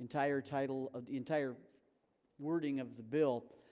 entire title of the entire wording of the bill